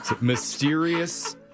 Mysterious